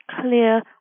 clear